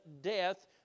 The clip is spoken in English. death